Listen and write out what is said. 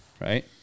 right